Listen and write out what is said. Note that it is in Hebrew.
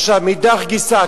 מאידך גיסא,